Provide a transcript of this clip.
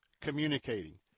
communicating